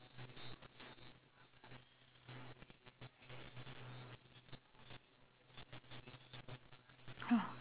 !huh!